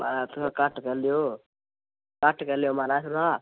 महाराज थोह्ड़ा घट्ट करी लैओ घट्ट करी लैओ महाराज थोह्ड़ा